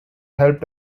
helped